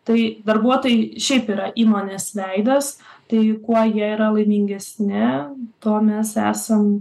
tai darbuotojai šiaip yra įmonės veidas tai kuo jie yra laimingesni tuo mes esam